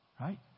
Right